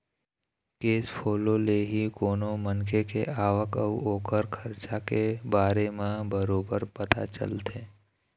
cash follow ले ही कोनो मनखे के आवक अउ ओखर खरचा के बारे म बरोबर पता चलथे